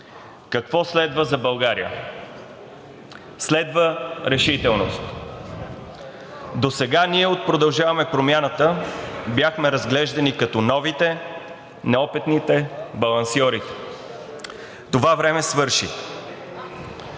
Какво следва за България? Следва решителност. Досега ние от „Продължаваме Промяната“ бяхме разглеждани като новите, неопитните, балансьорите. Това време свърши!